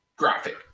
graphic